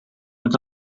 met